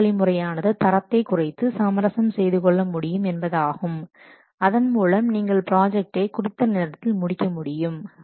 மற்றொரு வழிமுறையானது தரத்தை குறைத்து சமரசம் செய்து கொள்ள முடியும் என்பது ஆகும் அதன் மூலம் நீங்கள் ப்ராஜக்டை குறித்த நேரத்தில் முடிக்க முடியும்